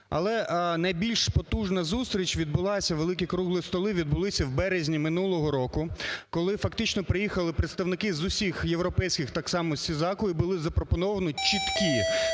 Але найбільш потужна зустріч відбулася, великі круглі столи відбулися в березні минулого року, коли фактично приїхали представники з усіх європейських, так само, CISAC і були запропоновані чіткі